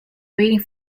waiting